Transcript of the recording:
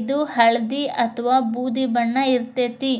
ಇದು ಹಳ್ದಿ ಅತ್ವಾ ಬೂದಿ ಬಣ್ಣ ಇರ್ತೇತಿ